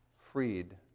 freed